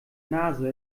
nase